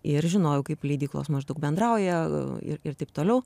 ir žinojau kaip leidyklos maždaug bendrauja ir ir taip toliau